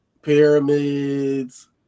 pyramids